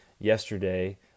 yesterday